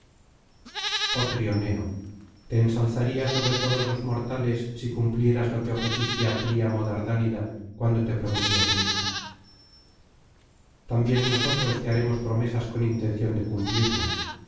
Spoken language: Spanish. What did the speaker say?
otrioneo te ensalzaría sobre todos los mortales si cumplieras lo que ofreciste á príamo dardánida cuando te prometió su hija también nosotros te haremos promesas con intención de cumplirlas